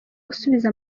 usubiza